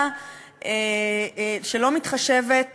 שלא מתחשבת